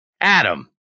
Adam